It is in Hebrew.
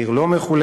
העיר לא מחולקת.